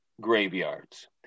graveyards